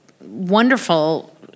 wonderful